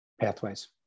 pathways